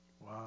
Wow